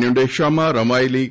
ઈન્ડોનેશિયામાં યોજાયેલી